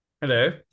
Hello